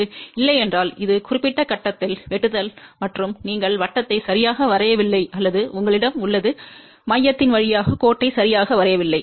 அது இல்லை என்றால் இந்த குறிப்பிட்ட கட்டத்தில் வெட்டுதல் மற்றும் நீங்கள் வட்டத்தை சரியாக வரையவில்லை அல்லது உங்களிடம் உள்ளது மையத்தின் வழியாக கோட்டை சரியாக வரையவில்லை